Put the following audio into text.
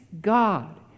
God